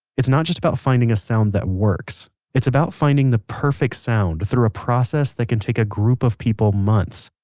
it's not just about finding a sound that works. it's about finding the perfect sound through a process that can take a group of people months,